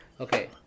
Okay